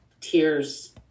tears